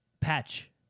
patch